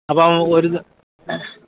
അപ്പോൾ ഒരു